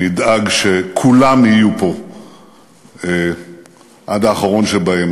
נדאג שכולם יהיו פה עד האחרון שבהם.